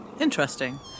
interesting